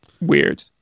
weird